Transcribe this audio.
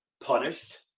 punished